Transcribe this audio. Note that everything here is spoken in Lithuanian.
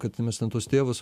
kad mes ten tuos tėvus